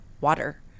water